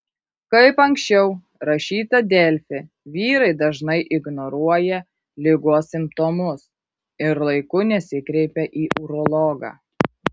kaip anksčiau rašyta delfi vyrai dažnai ignoruoja ligos simptomus ir laiku nesikreipia į urologą